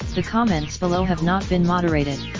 the comments below have not been moderated.